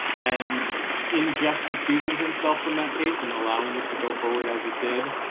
and in just recusing himself from that case and allowing it to go forward as it did,